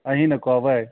अहीँ ने कहबै